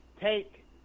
take